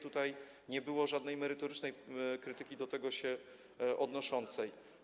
Tutaj nie było żadnej merytorycznej krytyki do tego się odnoszącej.